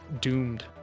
doomed